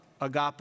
Agape